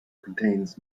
contains